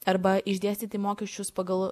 arba išdėstyti mokesčius pagal